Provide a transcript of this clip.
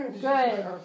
Good